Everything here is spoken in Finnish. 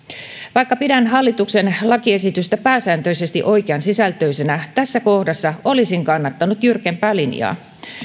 vaikka pidän hallituksen lakiesitystä pääsääntöisesti oikeansisältöisenä tässä kohdassa olisin kannattanut jyrkempää linjaa